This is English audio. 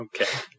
Okay